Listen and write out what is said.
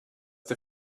der